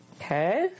Okay